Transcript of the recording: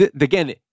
again